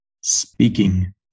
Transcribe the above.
SPEAKING